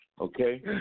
Okay